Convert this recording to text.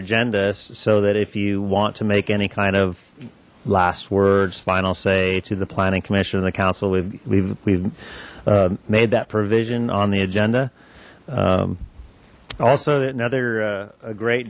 agenda so that if you want to make any kind of last words final say to the planning commission and the council we've we've made that provision on the agenda also another a great